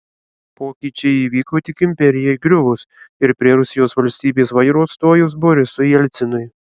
pokyčiai įvyko tik imperijai griuvus ir prie rusijos valstybės vairo stojus borisui jelcinui